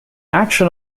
action